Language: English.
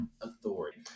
authority